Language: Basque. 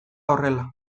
horrela